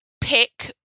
pick